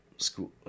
School